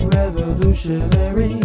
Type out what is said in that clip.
revolutionary